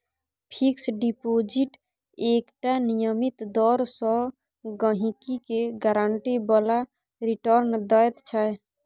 fix deposit एकटा नियमित दर सँ गहिंकी केँ गारंटी बला रिटर्न दैत छै